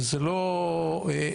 וזה לא הצגה.